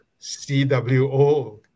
CWO